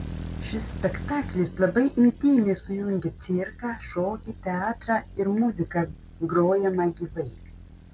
šis spektaklis labai intymiai sujungia cirką šokį teatrą ir muziką grojamą gyvai